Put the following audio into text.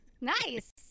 Nice